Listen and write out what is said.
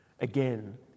Again